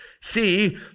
see